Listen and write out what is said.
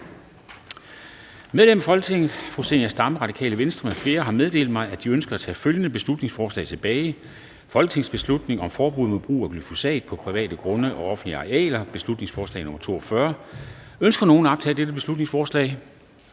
Medlemmer af Folketinget Zenia Stampe (RV) m.fl. har meddelt mig, at de ønsker at tage følgende beslutningsforslag tilbage: Forslag til folketingsbeslutning om forbud mod brug af glyfosat på private grunde og offentlige arealer. (Beslutningsforslag nr. B 42). Ønsker nogen at optage dette beslutningsforslag?